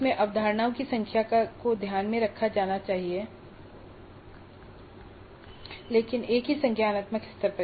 इसमें अवधारणाओं की संख्या को ध्यान में रखा जाना चाहिए लेकिन एक ही संज्ञानात्मक स्तर पर